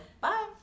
bye